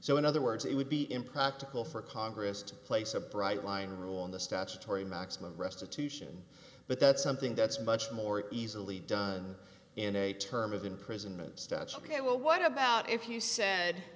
so in other words it would be impractical for congress to place a bright line rule on the statutory maximum restitution but that's something that's much more easily done in a term of imprisonment stats ok well what about if you said